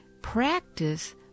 practice